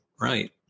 right